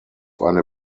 eine